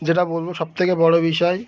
যেটা বলবো সব থেকে বড় বিষয়